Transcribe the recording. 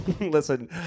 listen